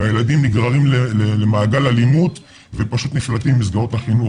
והילדים נגררים למעגל אלימות ופשוט נפלטים ממסגרות החינוך.